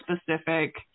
specific